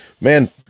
man